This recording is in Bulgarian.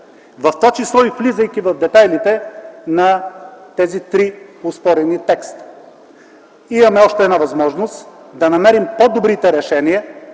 В това число и влизайки в детайлите на тези три оспорени текста, имаме още една възможност да намерим по-добрите решения.